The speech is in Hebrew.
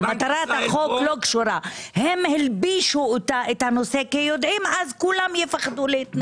הם הלבישו את הנושא כי יודעים שאז כולם יפחדו להתנגד.